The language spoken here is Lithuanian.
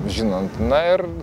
žinant na ir